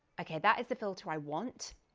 okay, that is the filter i want.